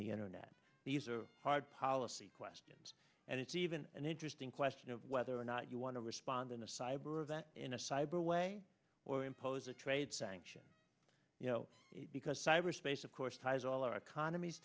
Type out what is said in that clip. the internet these are hard policy questions and it's even an interesting question of whether or not you want to respond in a cyber event in a cyber way or impose a trade sanctions you know because cyberspace of course ties all our econom